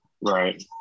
right